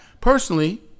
personally